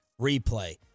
replay